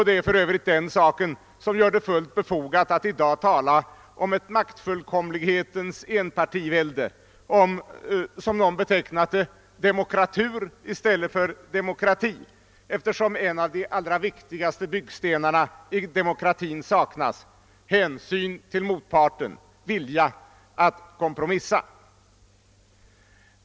Det är för övrigt den saken som gör det fullt befogat att i dag tala om ett maktfullkomlighetens enpartivälde eller, som någon betecknat det, demokratur snarare än demokrati, eftersom en av de allra viktigaste byggstenarna i demokratin saknas, nämligen hänsyn till motparten, viljan att kompromissa.